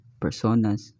personas